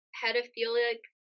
pedophilic